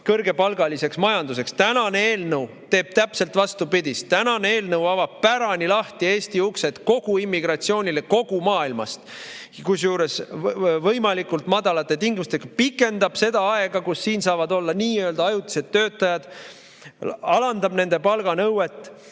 kõrgepalgaliseks majanduseks. Tänane eelnõu teeb täpselt vastupidist. Tänane eelnõu avab pärani lahti Eesti uksed immigratsioonile kogu maailmast. Võimalikult madalate tingimustega pikendatakse seda aega, millal siin saavad olla nii-öelda ajutised töötajad, alandatakse nende palga nõuet,